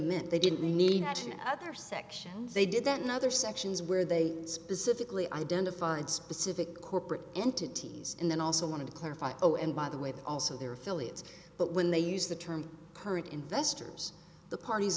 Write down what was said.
meant they didn't need other sections they didn't other sections where they specifically identified specific corporate entities and then also wanted to clarify oh and by the way also their affiliates but when they use the term current investors the parties